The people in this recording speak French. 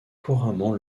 couramment